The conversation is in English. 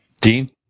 Dean